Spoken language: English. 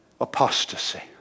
Apostasy